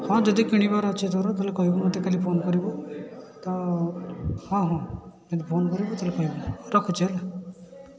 ହଁ ଯଦି କିଣିବାର ଅଛି ତୋର ତାହେଲେ କହିବୁ ମୋତେ କାଲି ଫୋନ୍ କରିବୁ ତ ହଁ ହଁ ଯଦି ଫୋନ୍ କରିବୁ ତାହେଲେ କହିବୁ ହଉ ରଖୁଛି ହେଲା